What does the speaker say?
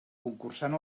concursant